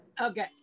Okay